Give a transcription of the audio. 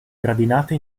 gradinate